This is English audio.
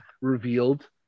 revealed